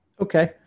Okay